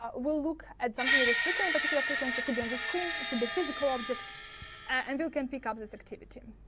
um will look at something that is flickering particular frequency, it could be on the screen, it could be physical object and you can pick up this activity.